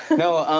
no,